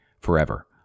forever